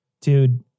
Dude